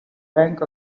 bank